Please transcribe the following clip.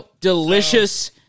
delicious